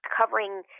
covering